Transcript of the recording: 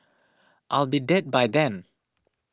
I'll be dead by then